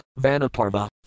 Vanaparva